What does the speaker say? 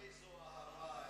איזו אהבה, איזו אהבה.